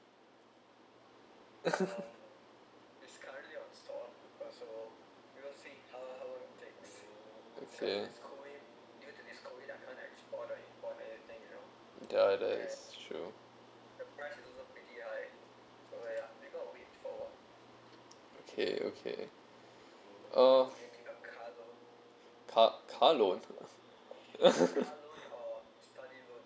okay ya that's true okay okay uh car car loan